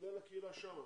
כולל הקהילה שם.